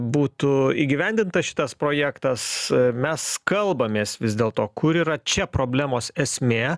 būtų įgyvendintas šitas projektas mes kalbamės vis dėl to kur yra čia problemos esmė